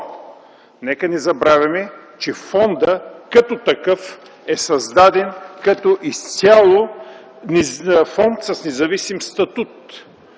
нека не забравяме, че фондът като такъв е създаден като изцяло фонд с независим статут,